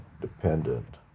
dependent